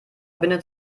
bindet